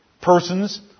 persons